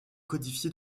codifiée